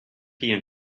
tea